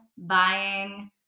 buying